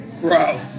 bro